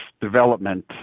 development